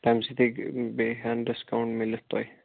تَمہِ سۭتۍ ہیٚکہِ بیٚیہِ ہن ڈِسکاوُنٛٹ میلتھ تۄہہِ